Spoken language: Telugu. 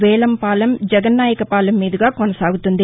వేలంపాలెం జగన్నాయకపాలెం మీదుగా కొనసాగనున్నది